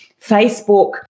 Facebook